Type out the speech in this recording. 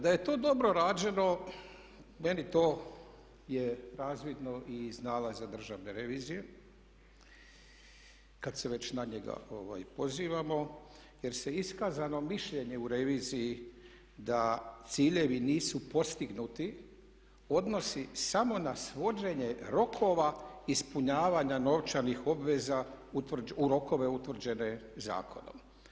Da je to dobro rađeno meni to je razvidno i iz nalaza Državne revizije kad se već na njega pozivamo, jer se iskazano mišljenje u reviziji da ciljevi nisu postignuti odnosi samo na svođenje rokova ispunjavanja novčanih obveza u rokove utvrđene zakonom.